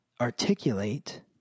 articulate